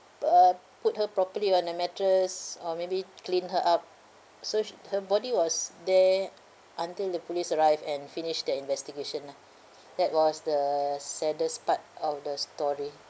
uh put her properly on a mattress or maybe clean her up so she her body was there until the police arrived and finished their investigation lah that was the saddest part of the story